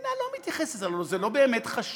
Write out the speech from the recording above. המדינה לא מתייחסת, הלוא זה לא באמת חשוב,